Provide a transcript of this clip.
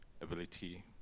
ability